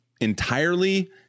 entirely